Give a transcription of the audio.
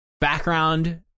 background